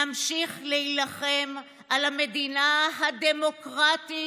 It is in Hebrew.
נמשיך להילחם על המדינה הדמוקרטית